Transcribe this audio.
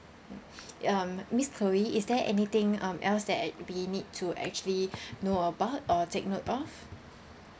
mm um miss chloe is there anything um else that we need to actually know about or take note of